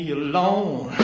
alone